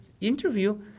interview